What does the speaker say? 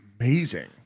amazing